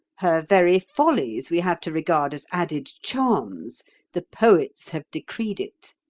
her very follies we have to regard as added charms the poets have decreed it.